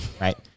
right